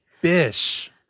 Bish